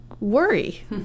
worry